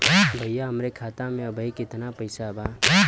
भईया हमरे खाता में अबहीं केतना पैसा बा?